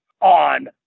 on